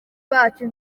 bacu